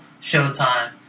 Showtime